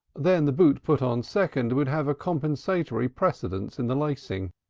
then the boot put on second would have a compensatory precedence in the lacing.